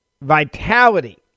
vitality